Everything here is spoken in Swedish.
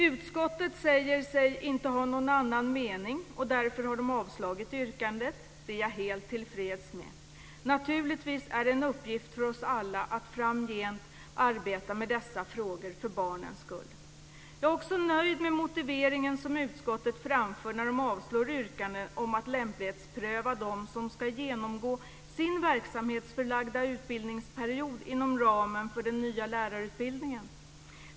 Utskottet säger sig inte ha någon annan mening och har därför avstyrkt yrkandet. Det är jag helt tillfredsställd med. Naturligtvis är det en uppgift för oss alla att framgent arbeta med dessa frågor för barnens skull. Jag är också nöjd med den motivering som utskottet framför när man avstyrker yrkandet om att lämplighetspröva dem som ska genomgå sin verksamhetsförlagda utbildningsperiod inom ramen för den nya lärarutbildningen.